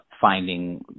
finding